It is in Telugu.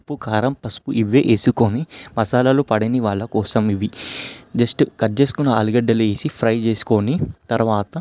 ఉప్పు కారం పసుపు ఇవే వేసుకొని మసాలాలు పడని వాళ్ళ కోసం ఇవి జస్ట్ కట్ చేసుకున్న ఆలుగడ్డలు వేసి ఫ్రై చేసుకొని తరువాత